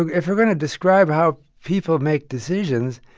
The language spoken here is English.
ah if ah going to describe how people make decisions,